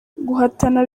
guhatana